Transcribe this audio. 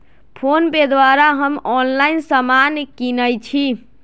PhonePe द्वारा हम online समान किनइ छी